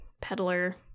peddler